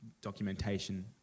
documentation